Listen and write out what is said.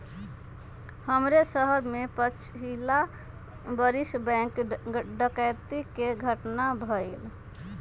हमरे शहर में पछिला बरिस बैंक डकैती कें घटना भेलइ